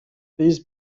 these